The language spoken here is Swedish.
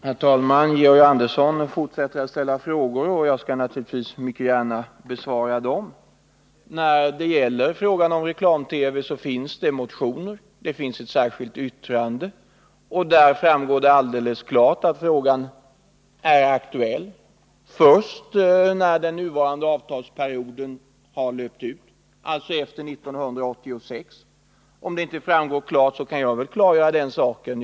Herr talman! Georg Andersson fortsätter att ställa frågor, och jag skall naturligtvis gärna besvara dem. Det har väckts en motion om reklamfinansierad TV, och det har avgivits ett särskilt yttrande till kulturutskottets betänkande, av vilket det alldeles klart framgår att frågan om reklamfinansiering är aktuell först när den nuvarande avtalsperioden har löpt ut, alltså efter 1986. Om det inte tydligt framgår, kan jag klargöra den saken.